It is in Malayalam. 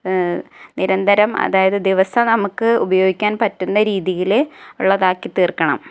നിരന്തരം അതായത് ദിവസം നമുക്ക് ഉപയോഗിക്കാൻ പറ്റുന്ന രീതിയില് ഉള്ളതാക്കി തീർക്കണം